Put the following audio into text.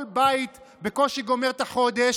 כל בית בקושי גומר את החודש,